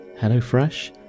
HelloFresh